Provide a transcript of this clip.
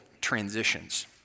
transitions